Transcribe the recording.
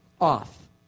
off